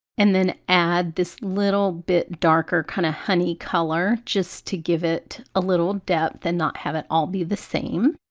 and then add this little bit darker kind of honey color just to give it a little depth and not have it all be the same.